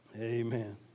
Amen